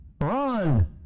Run